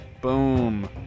boom